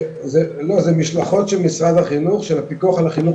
זה משלחות של משרד החינוך של הפיקוח על החינוך